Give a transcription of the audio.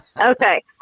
okay